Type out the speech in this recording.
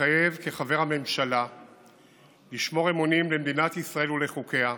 מתחייב כחבר הממשלה לשמור אמונים למדינת ישראל ולחוקיה,